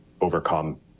overcome